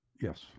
Yes